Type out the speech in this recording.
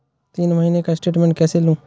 तीन महीने का स्टेटमेंट कैसे लें?